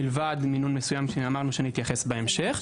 מלבד מינון מסוים שאמרנו שנתייחס בהמשך.